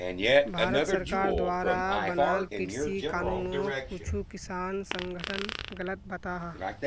भारत सरकार द्वारा बनाल कृषि कानूनोक कुछु किसान संघठन गलत बताहा